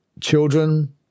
children